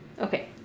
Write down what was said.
okay